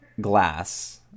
glass